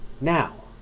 Now